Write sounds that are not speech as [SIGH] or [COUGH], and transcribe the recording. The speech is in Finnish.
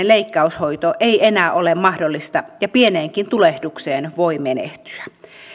[UNINTELLIGIBLE] leikkaushoito ei enää ole mahdollista ja pieneenkin tulehdukseen voi menehtyä